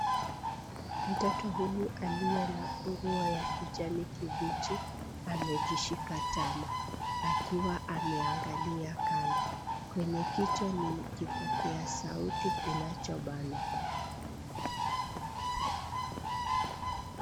Mtoto huyu aliye na nguo ya kijani kibichi amejishika tama akiwa ameangalia kando. Kwenye kichwa ni kipokea sauti kinachobanwa.